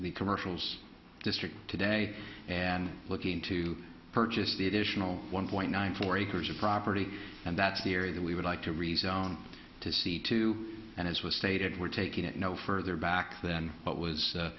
the commercials district today and looking to purchase the additional one point nine four acres of property and that's the area that we would like to rezone to see to and as was stated we're taking it no further back than what was